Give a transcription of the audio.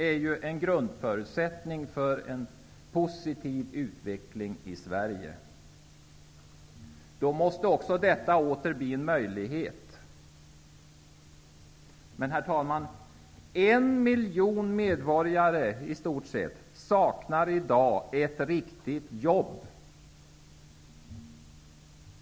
Det är en grundförutsättning för en positiv utveckling i Sverige. Då måste detta åter bli en möjlighet. Herr talman! En miljon medborgare saknar i dag ett riktigt jobb.